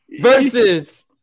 versus